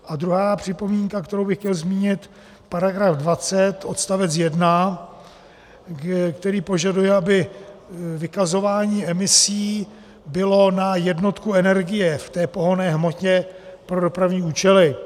A druhá připomínka, kterou bych chtěl zmínit, § 20 odst. 1, který požaduje, aby vykazování emisí bylo na jednotku energie v té pohonné hmotě pro dopravní účely.